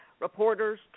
reporters